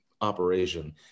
operation